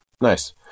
nice